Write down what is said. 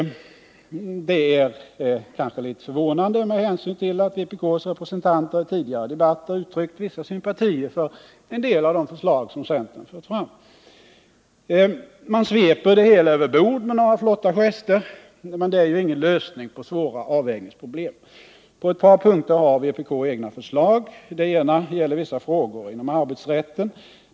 Detta är litet förvånande med hänsyn till att vpk:s representanter i tidigare debatter uttryckt vissa sympatier för en del av de förslag som centern fört fram. Man sveper det hela över bord med några flotta gester, men det är ju ingen lösning på svåra avvägningsproblem. På ett par punkter har vpk egna förslag. Det ena gäller vissa frågor om arbetsrätten.